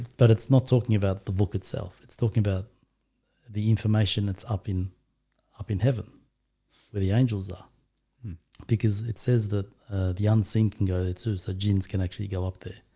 but it's not talking about the book itself. it's talking about the information that's up in up in heaven where the angels are because it says that the unseen can go it's so genes can actually go up there,